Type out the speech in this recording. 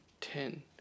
ten